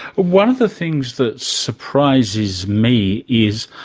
one of the things that surprises me is,